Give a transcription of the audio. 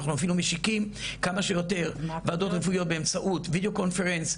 אנחנו אפילו משיקים כמה שיותר וועדות רפואיות באמצעות וידאו קונפרנס,